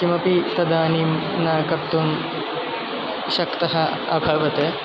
किमपि तदानीं न कर्तुं शक्तः अभवं